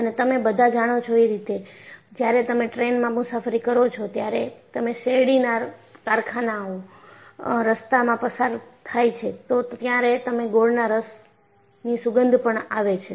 અને તમે બધા જાણો છો એ રીતે જ્યારે તમે ટ્રેનમાં મુસાફરી કરો છો ત્યારે તમે શેરડીના કારખાનાઓ રસ્તામાં પસાર થાય છે તો ત્યારે તમને ગોળના રસ સુગંધ પણ આવે છે